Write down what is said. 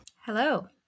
Hello